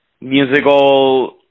musical